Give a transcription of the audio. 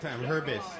Herbis